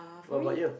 what about you